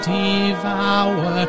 devour